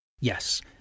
Yes